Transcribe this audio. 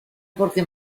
porque